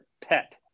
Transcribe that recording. pet